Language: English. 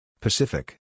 Pacific